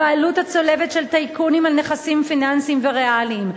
הבעלות הצולבת של טייקונים על נכסים פיננסיים וריאליים,